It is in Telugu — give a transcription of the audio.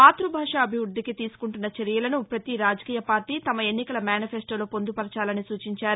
మాతృభాషాభివృద్దికి తీసుకుంటున్న చర్యలను పతి రాజకీయపార్లీ తమ ఎన్నికల మేనిఫెస్లోలో పొందుపరచాలని సూచించారు